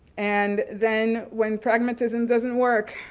and then when pragmatism doesn't work,